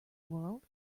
world